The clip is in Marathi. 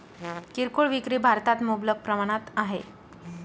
किरकोळ विक्री भारतात मुबलक प्रमाणात आहे